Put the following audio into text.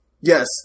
yes